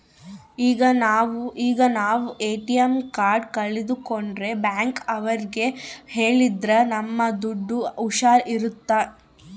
ಇವಾಗ ನಾವ್ ATM card ಕಲ್ಕೊಂಡ್ರೆ ಬ್ಯಾಂಕ್ ಅವ್ರಿಗೆ ಹೇಳಿದ್ರ ನಮ್ ದುಡ್ಡು ಹುಷಾರ್ ಇರುತ್ತೆ